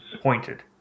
Pointed